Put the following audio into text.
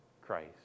Christ